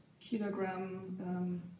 kilogram